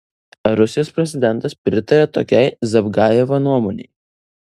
ar rusijos prezidentas pritaria tokiai zavgajevo nuomonei